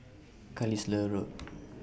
Carlisle Road